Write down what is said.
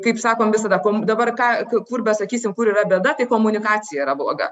kaip sakom visada dabar ką kur besakysim kur yra bėda tai komunikacija yra bloga